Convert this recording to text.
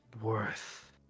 worth